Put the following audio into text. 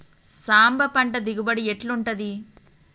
సాంబ పంట దిగుబడి ఎట్లుంటది?